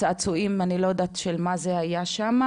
צעצועים אני לא יודעת של מה זה היה שם,